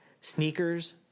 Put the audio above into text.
sneakers